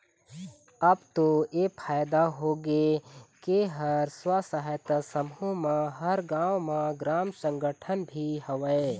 अब तो ऐ फायदा होगे के हर स्व सहायता समूह म हर गाँव म ग्राम संगठन भी हवय